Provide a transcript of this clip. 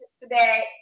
today